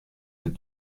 êtes